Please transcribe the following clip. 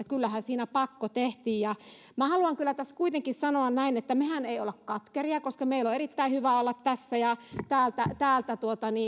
kyllähän siinä pakko tehtiin minä haluan tässä kuitenkin sanoa näin että mehän emme ole katkeria koska meillä on erittäin hyvä olla tässä ja täältä täältä